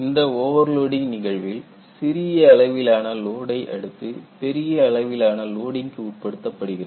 இந்த ஓவர்லோடிங் நிகழ்வில் சிறிய அளவிலான லோடை அடுத்து பெரிய அளவிலான லோடிங்க்கு உட்படுத்தப்படுகிறது